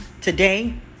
today